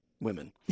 women